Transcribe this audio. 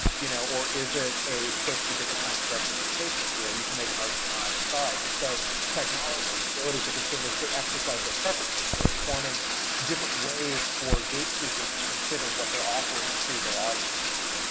you know or is it a push for different kinds of representation? you know, you can make an argument on either side, and so technology and the ability for consumers to exercise their preferences are informing different ways for gatekeepers to consider what they're offering to their audiences.